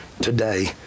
today